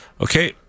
Okay